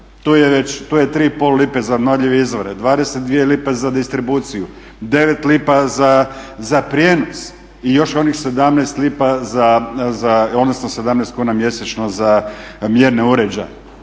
tri i pol lipe za obnovljive izvore, 22 lipe za distribuciju, 9 lipa za prijenos i još onih 17 lipa za, odnosno 17 kuna mjesečno za mjerne uređaje.